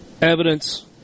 evidence